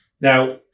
Now